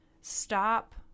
stop